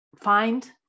find